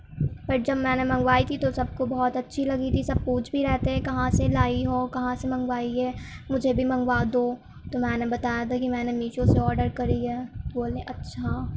پر جب میں نے منگوائی تھی تو سب کو بہت اچھی لگی تھی سب پوچھ بھی رہے تھے کہاں سے لائی ہو کہاں سے منگوائی ہے مجھے بھی منگوا دو تو میں نے بتایا تھا کہ میں نے میشو سے آڈر کری ہے بولے اچھا